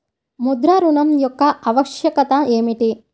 ముద్ర ఋణం యొక్క ఆవశ్యకత ఏమిటీ?